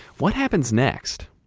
what happens next?